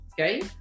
okay